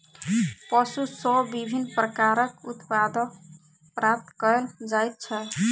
पशु सॅ विभिन्न प्रकारक उत्पाद प्राप्त कयल जाइत छै